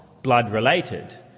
blood-related